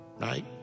right